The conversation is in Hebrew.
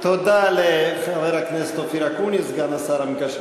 תודה לחבר הכנסת אופיר אקוניס, סגן השר המקשר